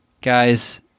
Guys